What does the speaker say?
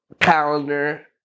calendar